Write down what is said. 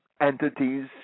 entities